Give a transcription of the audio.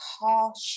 harsh